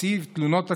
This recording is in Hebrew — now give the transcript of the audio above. נציב תלונות הציבור,